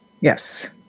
Yes